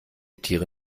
tiere